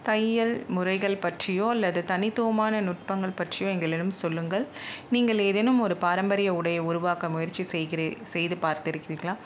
தையல் முறைகள் பற்றியோ அல்லது தனித்துவமான நுட்பங்கள் பற்றியோ எங்களிடம் சொல்லுங்கள் நீங்கள் ஏதேனும் ஒரு பாரம்பரிய உடையை உருவாக்க முயற்சி செய்கிறி செய்து பார்த்திருக்கிறீர்களா